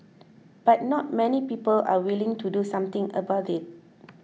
but not many people are willing to do something about it